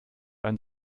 einen